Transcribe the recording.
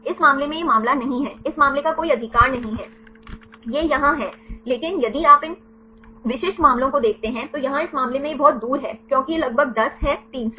इस मामले में यह मामला नहीं है इस मामले का कोई अधिकार नहीं है यह हाँ है लेकिन यदि आप इन विशिष्ट मामलों को देखते हैं तो यहाँ इस मामले में यह बहुत दूर है क्योंकि यह लगभग 10 है 300